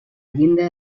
llinda